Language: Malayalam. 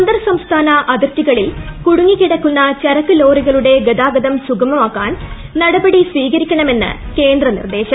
അന്തർ സംസ്ഥാന ആതിർത്തികളിൽ കുടുങ്ങിക്കിടക്കുന്ന ന് ചരക്ക് ലോറികളുട്ടെ ഗ്ത്രാഗതം സുഗമമാക്കാൻ നടപടി സ്വീകരിക്കണമെന്ന് കേന്ദ്ര നിർദ്ദേശം